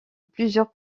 plusieurs